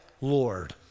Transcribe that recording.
Lord